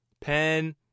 Pen